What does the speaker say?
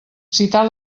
citar